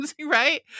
Right